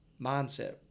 mindset